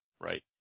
right